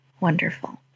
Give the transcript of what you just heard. Wonderful